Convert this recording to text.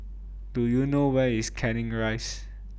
Do YOU know Where IS Canning Rise